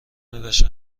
بشر